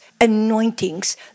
anointings